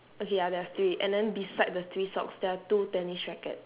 okay ya there are three and then beside the three socks there are two tennis racket